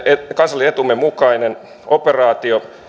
kansallisen etumme mukainen operaatio